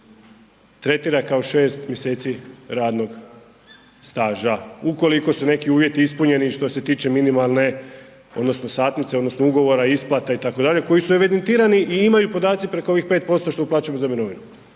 tretira kao 6 mjeseci radnog staža ukoliko su neki uvjeti ispunjeni i što se tiče minimalne odnosno satnice odnosno ugovora i isplata itd. koji su evidentirani i imaju podaci preko ovih 5% što uplaćujemo za mirovinu,